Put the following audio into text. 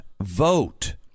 vote